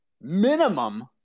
minimum